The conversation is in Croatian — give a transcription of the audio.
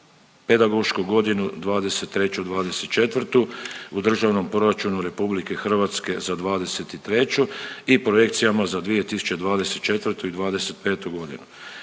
pedagošku godinu '23./'24. u državnom proračunu RH za '23. i projekcijama za 2024. i '25. godinu.